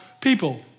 people